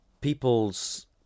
people's